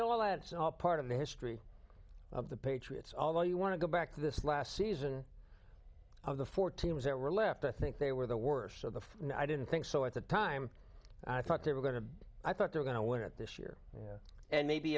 well that's all part of the history of the patriots although you want to go back to this last season of the four teams that were left i think they were the worst of the i didn't think so at the time i thought they were going to i thought they're going to win it this year and maybe